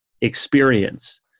experience